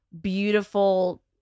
beautiful